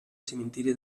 cementiri